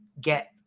get